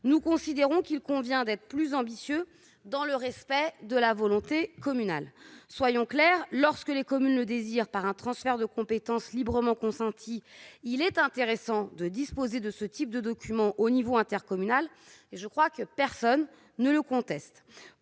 nous considérons qu'il convient d'être plus ambitieux dans le respect de la volonté communale. Soyons clairs, lorsque les communes le désirent, par un transfert de compétence librement consenti, il est intéressant de disposer de ce type de document au niveau intercommunal- personne ne le conteste.